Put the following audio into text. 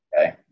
Okay